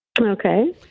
Okay